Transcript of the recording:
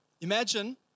Imagine